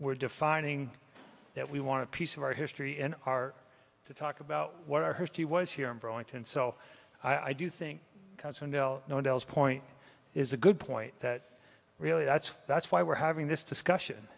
we're defining that we want to piece of our history and our to talk about what i heard he was here in burlington so i do think no one else point is a good point that really that's that's why we're having this